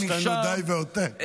יש לנו די והותר.